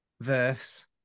verse